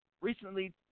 recently –